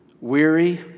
Weary